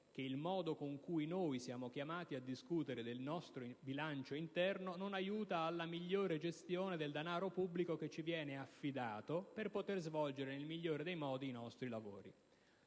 che il modo in cui siamo chiamati a discutere del nostro bilancio interno non aiuta alla migliore gestione del denaro pubblico che ci viene affidato per poter svolgere nel migliore dei modi i nostri lavori.